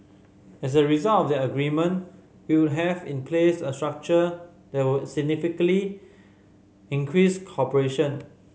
as a result of that agreement we would have in place a structure that would significantly increase cooperation